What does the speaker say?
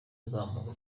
azamuka